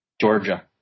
Georgia